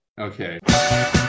okay